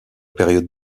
période